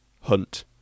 hunt